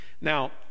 Now